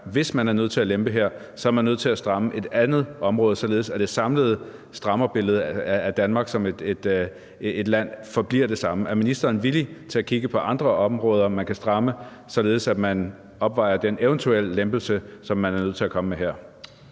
hvis man er nødt til at lempe her, er man nødt til at stramme op på et andet område, således at det samlede strammerbillede af Danmark som land forbliver det samme. Er ministeren villig til at kigge på andre områder, man kan stramme, således at man opvejer den eventuelle lempelse, som man er nødt til at komme med her?